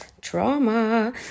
trauma